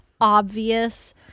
obvious